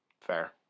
Fair